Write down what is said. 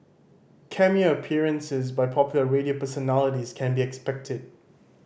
cameo appearances by popular radio personalities can be expected